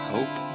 Hope